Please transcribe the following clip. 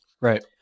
Right